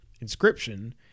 Inscription